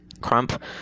Crump